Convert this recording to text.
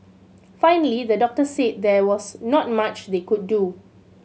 finally the doctors said there was not much they could do